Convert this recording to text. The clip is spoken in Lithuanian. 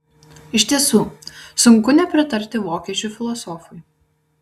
iš tiesų sunku nepritarti vokiečių filosofui